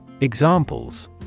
Examples